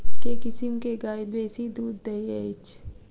केँ किसिम केँ गाय बेसी दुध दइ अछि?